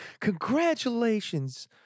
Congratulations